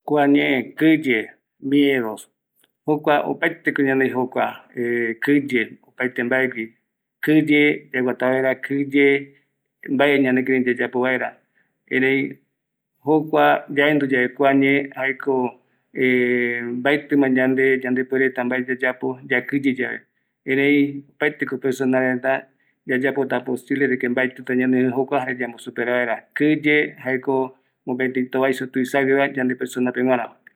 Oimeyave guɨramɨipeguaño täta mbae yandeiamondo jare ou täta yakɨye, oime marätuyae täta yandeiamondo guɨramɨipegüaiño jaema ou täta yayeiamondo yande monguɨye jaema yaipotaesako kia maratu oiko yandegui yaipotaesako yajujere